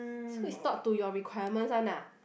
so is not to your requirements one ah